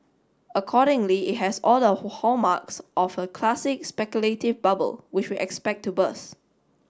accordingly it has all the who hallmarks of a classic speculative bubble which we expect to burst